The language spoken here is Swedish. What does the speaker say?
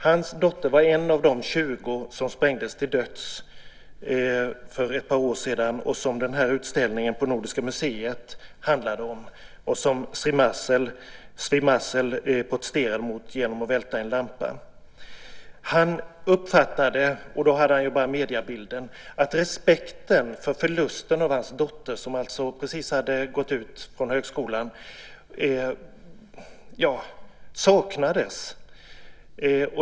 Hans dotter var en av de 20 som sprängdes till döds för ett par år sedan och som utställningen på Historiska museet handlade om, den som Zvi Mazel protesterade emot genom att välta en lampa. Han uppfattade - då hade han ju bara mediebilden - att respekten saknades för förlusten av hans dotter, som precis hade gått ut från högskolan.